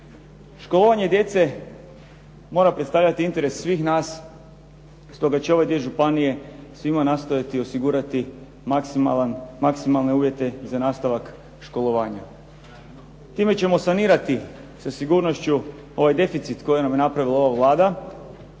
Školovanje djece mora predstavljati interes svih nas, stoga će ove dvije županije svima nastojati osigurati maksimalne uvjete za nastavak školovanja. Time ćemo sanirati sa sigurnošću ovaj deficit koji nam je napravila ova Vlada